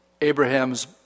Abraham's